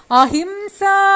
ahimsa